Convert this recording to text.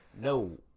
No